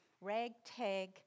ragtag